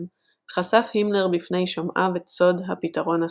חשף הימלר בפני שומעיו את סוד "הפתרון הסופי",